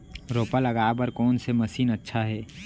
रोपा लगाय बर कोन से मशीन अच्छा हे?